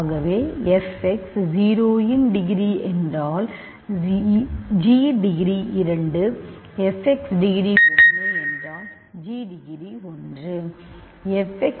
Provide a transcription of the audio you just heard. ஆகவே fx 0 இன் degree என்றால் g டிகிரி 2 fx டிகிரி 1 என்றால் g டிகிரி 1